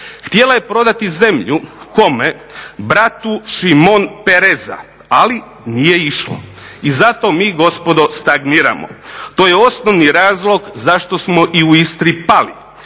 Htjela je prodati zemlju, kome, bratu Simon Pereza, ali nije išlo. I zato mi gospodo stagniramo. To je osnovni razlog zašto smo i u Istri pali.